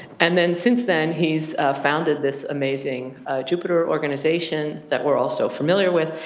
and then, since then, he's founded this amazing jupyter organization that we're also familiar with.